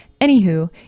Anywho